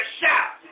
shout